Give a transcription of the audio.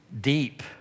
Deep